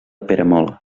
peramola